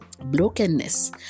brokenness